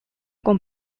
con